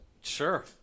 Sure